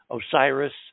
Osiris